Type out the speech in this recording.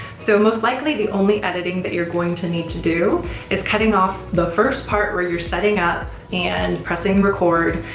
so, most likely the only editing that you're going to need to do is cutting off the first part where you're setting up and pressing record,